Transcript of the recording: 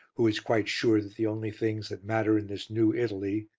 who is quite sure that the only things that matter in this new italy,